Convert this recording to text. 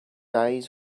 eyes